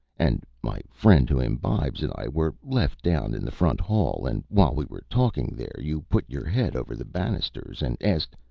and my friend who imbibes and i were left down in the front hall, and while we were talking there you put your head over the banisters and asked,